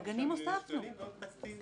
מדברים על המוסעים על פי התקנות האלה?